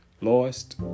Lost